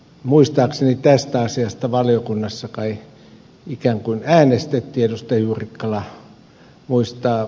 muistaakseni tästä asiasta valiokunnassa kai ikään kuin äänestettiin myös ed